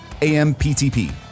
AMPTP